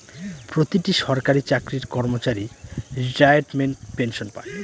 প্রতিটি সরকারি চাকরির কর্মচারী রিটায়ারমেন্ট পেনসন পাই